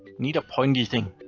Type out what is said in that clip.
need a pointy thing.